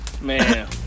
Man